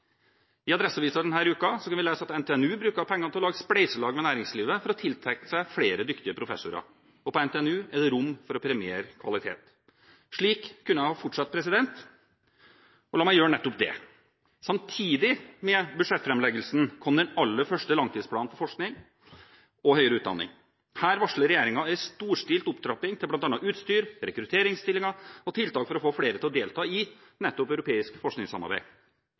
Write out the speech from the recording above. I Adresseavisen denne uken kunne vi lese at NTNU bruker penger på å lage spleiselag med næringslivet for å tiltrekke seg flere dyktige professorer, og på NTNU er det rom for å premiere kvalitet. Slik kunne jeg ha fortsatt – og la meg gjøre nettopp det. Samtidig med budsjettframleggelsen kom den aller første langtidsplanen for forskning og høyere utdanning. Her varsler regjeringen en storstilt opptrapping, bl.a. til utstyr, rekrutteringsstillinger og tiltak for å få flere til å delta i nettopp europeisk forskningssamarbeid.